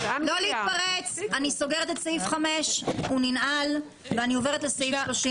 הדיון בסעיף (5) ואני עוברת לסעיף